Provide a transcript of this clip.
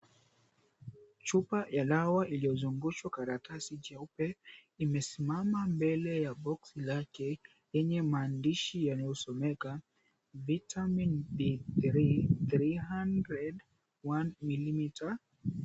Chupa ya dawa iliyozungushwa karatasi jeupe imesimama mbele ya boksi lake lenye maandishi yanayosomeka, Vitamin D3 300 1ml.